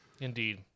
Indeed